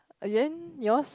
uh then yours